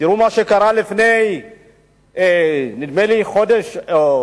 תראו מה שקרה לפני נדמה לי חודשיים,